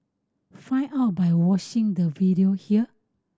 find out by watching the video here